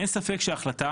אין ספק שההחלטה